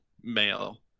male